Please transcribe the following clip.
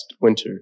winter